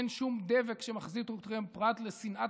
אין שום דבק שמחזיק אתכם פרט לשנאת